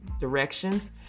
directions